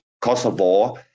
Kosovo